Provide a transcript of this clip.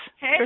Hey